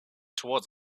towards